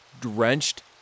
drenched